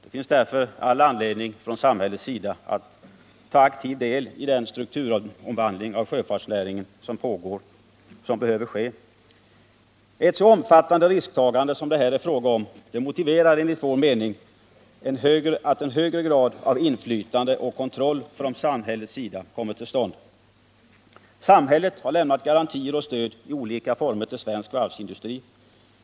Det finns därför all anledning att från samhällets sida ta aktiv del i den strukturomvandling av sjöfartsnäringen som pågår och som behöver ske. Ett så omfattande risktagande som det här är fråga om motiverar enligt vår mening att högre grad av inflytande och kontroll från samhällets sida kommer till stånd. Samhället har lämnat garantier och stöd i olika former till svensk varvsindustri.